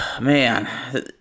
Man